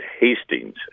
Hastings